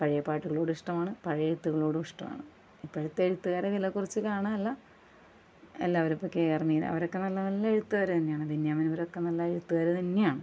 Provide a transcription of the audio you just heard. പഴയ പാട്ട്കളോട് ഇഷ്ടമാണ് പഴയ എഴുത്തുകളോട് ഇഷ്ടമാാണ് ഇപ്പോഴത്തെ എഴുത്തുകാരെ വില കുറച്ച് കാണുകയല്ല എല്ലാവരും ഇപ്പോൾ കെ ആർ മീര അവരൊക്ക നല്ല നല്ല എഴുത്തുകാർ തന്നെയാണ് ബെന്യാമിൻ ഇവരൊക്കെ നല്ല എഴുത്തുകാർ തന്നെയാണ്